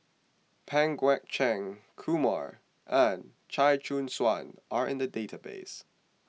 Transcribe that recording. Pang Guek Cheng Kumar and Chia Choo Suan are in the database